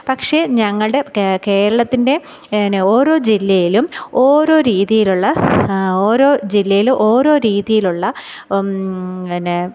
പക്ഷേ ഞങ്ങളുടെ കേരളത്തിൻ്റെ പിന്നെ ഓരോ ജില്ലയിലും ഓരോ രീതിയിലുള്ള ഓരോ ജില്ലയിലും ഓരോ രീതിയിലുള്ള പിന്നെ